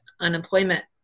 unemployment